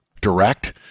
direct